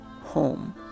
Home